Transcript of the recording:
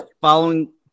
following